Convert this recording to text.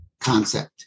concept